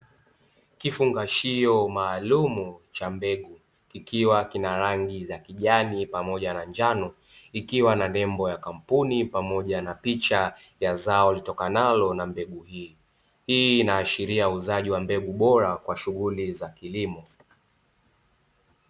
Kifungashio maalum cha mbegu, kikiwa kina na rangi za kijani pamoja na njano, ikiwa na nembo ya kampuni pamoja na picha ya zao litokanalo na mbegu hiyo, hii inaashiria uuzaji wa mbegu bora kwa shughuli za kilimo.